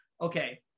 okay